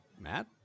matt